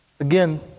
Again